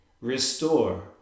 Restore